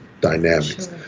dynamics